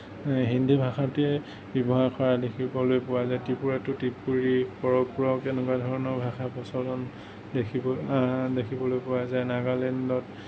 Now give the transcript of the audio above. হিন্দী ভাষাটোৱেই ব্যৱহাৰ কৰা দেখিবলৈ পোৱা যায় ত্ৰিপুৰাতো ত্ৰিপুৰী তেনেকুৱা ধৰণৰ ভাষা প্ৰচলন দেখিবলৈ দেখিবলৈ পোৱা যায় নাগালেণ্ডত